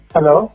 Hello